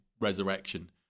resurrection